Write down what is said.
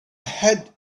had